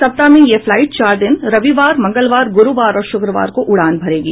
सप्ताह में यह फ्लाईट चार दिन रविवार मंगलवार गुरूवार और शुक्रवार को उड़ान भरेगी